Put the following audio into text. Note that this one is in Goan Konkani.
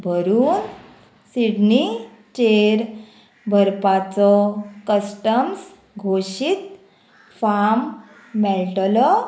भरून सिडनीचेर भरपाचो कस्टम्स घोशीत फाम मेळटलो